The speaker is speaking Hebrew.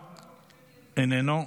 איננו,